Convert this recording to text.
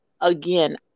again